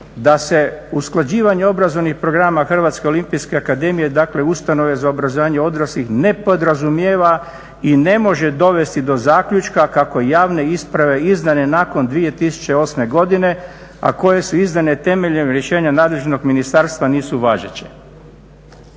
da se usklađivanje obrazovnih programa Hrvatske olimpijske akademije, dakle ustanove za obrazovanje odraslih ne podrazumijeva i ne može dovesti do zaključka kako javne isprave izdane nakon 2008. godine, a koje su izdane temeljem rješenja nadležnog ministarstva nisu važeće.